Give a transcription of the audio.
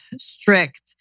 strict